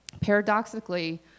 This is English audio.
Paradoxically